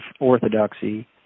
orthodoxy